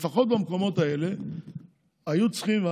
לפחות במקומות האלה היו צריכים,